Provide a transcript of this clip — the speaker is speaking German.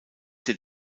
den